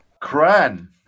Cran